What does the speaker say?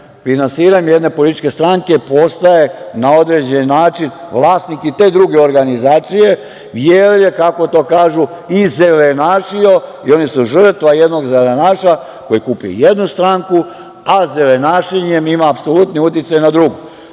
finansiranjem jedne političke stranke postaje na određeni način vlasnik i te druge organizacije, jer je, kako to kažu, izelenašio i oni su žrtva jednog zelenaša koji kupuje jednu stranku, a zelenašenjem ima apsolutni uticaj na drugu. Još